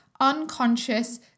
unconscious